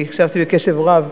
כי הקשבתי בקשב רב